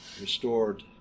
restored